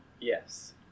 Yes